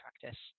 practice